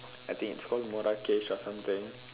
I think it's called Marakesh or something